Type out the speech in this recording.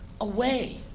Away